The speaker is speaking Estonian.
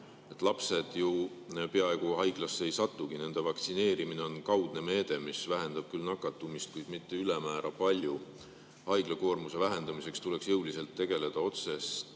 Lapsed ju peaaegu haiglasse ei satugi. Nende vaktsineerimine on kaudne meede, mis vähendab küll nakatumist, kuid mitte ülemäära palju. Haiglakoormuse vähendamiseks tuleks jõuliselt tegeleda otseste